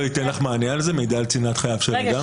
לא תיתן מידע על זה, "מידע על צנעת חייו של אדם"?